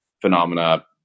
phenomena